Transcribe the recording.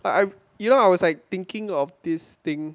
like I you know I was like thinking of this thing